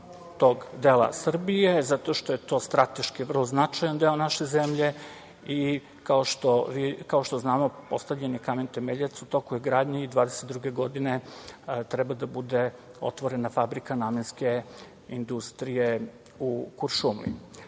tog dela Srbije, zato što je to strateški vrlo značajan deo naše zemlje. Kao što znamo, postavljen je kamen temeljac, u toku je izgradnja i 2022. godine treba da bude otvorena fabrika namenske industrije u Kuršumliji. Sve